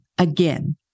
Again